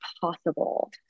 possible